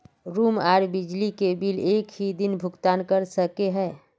Room आर बिजली के बिल एक हि दिन भुगतान कर सके है?